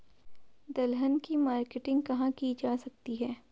दलहन की मार्केटिंग कहाँ की जा सकती है?